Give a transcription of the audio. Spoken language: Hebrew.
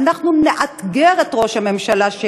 אנחנו נאתגר את ראש הממשלה,